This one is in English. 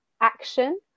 action